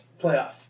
playoff